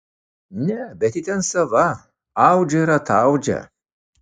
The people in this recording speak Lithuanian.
ne bet ji ten sava audžia ir ataudžia